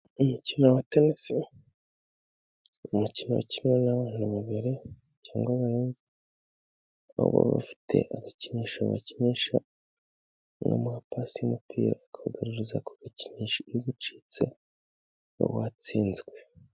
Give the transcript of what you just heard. Umukino wa tenisi umukino kimwe n'abana babiri, bafite agakinisho bakinisha bakamuha pasi umupira akawugaruza ako bakinisha iyo ugucitse n'ubawatsinzwe.